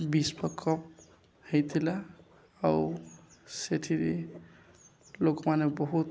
ବିଶ୍ୱ କପ୍ ହେଇଥିଲା ଆଉ ସେଥିରେ ଲୋକମାନେ ବହୁତ